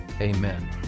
Amen